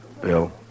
Bill